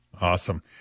Awesome